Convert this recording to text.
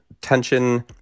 tension